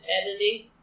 editing